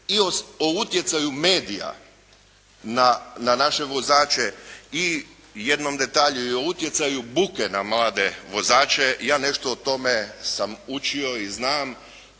i o utjecaju medija na naše vozače i jednom detalju, i o utjecaju buke na mlade vozače. Ja nešto o tome sam učio i znam,